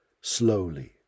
slowly